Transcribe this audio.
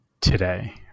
today